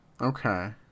Okay